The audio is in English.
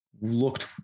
looked